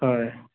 হয়